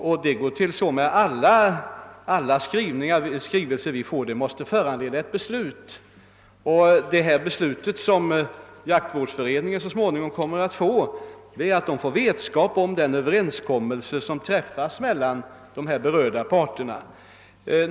Alla skrivelser till Kungl. Maj:t måste föranleda ett beslut, och det besked som jaktvårdsföreningen så småningom kommer att få är vilken överenskommelse som har träffats mellan de berörda parterna.